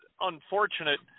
unfortunate